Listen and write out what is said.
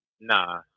Nah